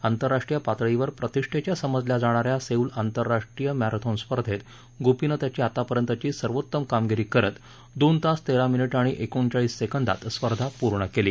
आंतरराष्ट्रीय पातळीवर प्रतिष्ठेच्या समजल्या जाणा या सेऊल आंतरराष्ट्री मॅरेथॉन स्पर्धेत गोपीनं त्याची आतापर्यंतची सर्वोतम कामगिरी करत दोन तास तेरा मिनीटं आणि एकोणचाळीस सेंकदात स्पर्धा पूर्ण केली